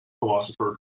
philosopher